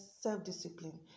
self-discipline